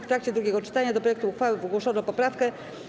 W trakcie drugiego czytania do projektu uchwały zgłoszono poprawkę.